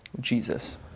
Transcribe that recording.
Jesus